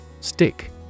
Stick